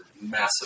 massive